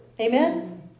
Amen